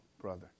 brother